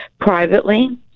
privately